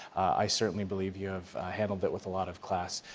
i certainly believe you have handled it with a lot of class.